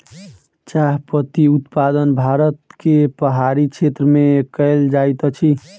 चाह पत्ती उत्पादन भारत के पहाड़ी क्षेत्र में कयल जाइत अछि